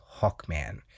Hawkman